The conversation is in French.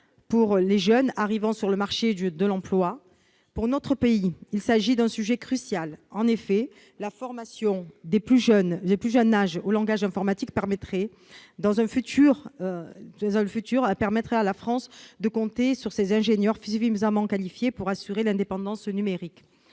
pour les jeunes arrivant sur le marché de l'emploi. Pour notre pays, il s'agit d'un sujet crucial. En effet, la formation dès le plus jeune âge au langage informatique permettrait à la France de compter à l'avenir sur des ingénieurs suffisamment qualifiés pour s'assurer une indépendance numérique.